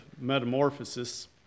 metamorphosis